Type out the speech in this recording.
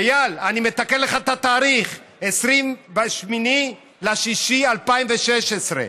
איל, אני מתקן לך את התאריך: 28 ביוני 2016,